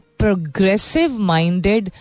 progressive-minded